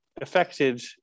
affected